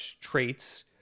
traits